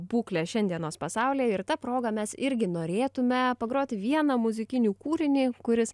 būklę šiandienos pasaulyje ir ta proga mes irgi norėtume pagroti vieną muzikinį kūrinį kuris